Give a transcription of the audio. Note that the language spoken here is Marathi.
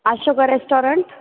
अशोका रेस्टॉरंट